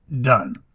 done